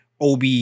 OB